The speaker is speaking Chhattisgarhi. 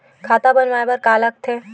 खाता बनवाय बर का का लगथे?